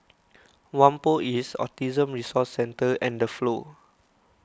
Whampoa East Autism Resource Centre and the Flow